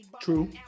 True